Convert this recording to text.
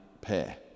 pair